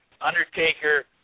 Undertaker